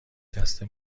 دسته